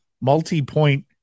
multi-point